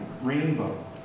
rainbow